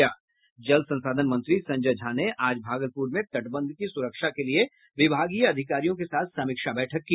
जल संसाधन मंत्री संजय झा ने आज भागलपुर में तटबंध की सुरक्षा के लिए विभागीय अधिकारियों के साथ समीक्षा बैठक की